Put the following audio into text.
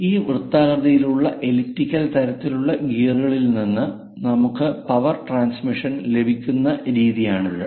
ഈ വൃത്താകൃതിയിലുള്ള എലിപ്റ്റിക്കൽ തരത്തിലുള്ള ഗിയറുകളിൽ നിന്ന് നമുക്ക് പവർ ട്രാൻസ്മിഷൻ ലഭിക്കുന്ന രീതിയാണിത്